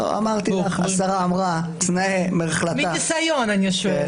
השרה אמרה --- מניסיון אני שואלת.